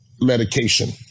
medication